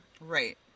Right